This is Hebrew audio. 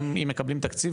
גם אם מקבלים תקציב,